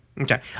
okay